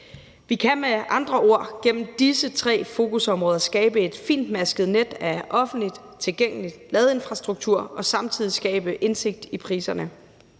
Vi kan med andre ord gennem disse tre fokusområder skabe et fintmasket net af offentligt tilgængelig ladeinfrastruktur og samtidig skabe indsigt i priserne,